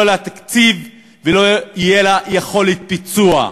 יהיה לה תקציב ולא תהיה לה יכולת ביצוע.